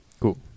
Cool